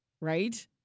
Right